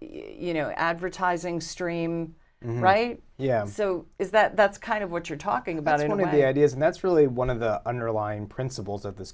you know advertising stream and right yeah so is that that's kind of what you're talking about going to the ideas and that's really one of the underlying principles of this